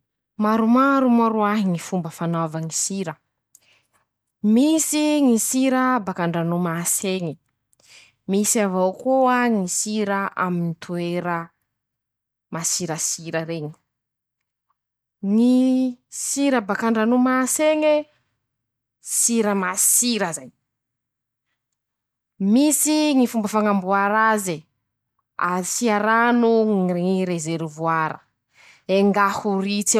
Maromaro moa roahy Ñy fomba fanaova ñy sira: -Misy ñy sira baka andranomas'eñy. -Misy avao koa ñy sira aminy toera, masirasira reñy. - ñy sira bak'andranomasi'eñe, sira masiira zay. -Misy Ñy fomba fañamboara aze, asia rano ñy rezerivoara engà ho ri<...>.